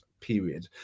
period